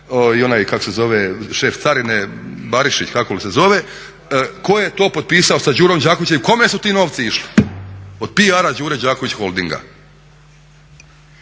odnosno Sanader i šef carine Barišić, kako li se zove, tko je to potpisao sa Đurom Đakovićem i kome su ti novci išli od PR–a Đure Đaković Holdinga.